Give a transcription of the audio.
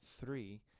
three